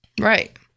Right